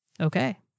Okay